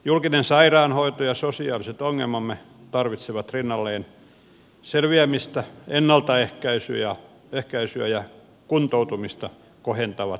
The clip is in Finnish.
julkisen sairaanhoito ja sosiaaliset ongelmamme tarvitsevat rinnalleen selviämistä ennaltaehkäisyä ja kuntoutumista kohentavat tukiohjelmat